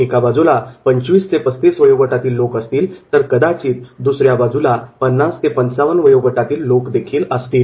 एका बाजूला 25 ते 35 वयोगटातील लोक असतील तर कदाचित दुसऱ्या बाजूला 50 ते 55 वयोगटातील लोक देखील असतील